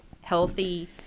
healthy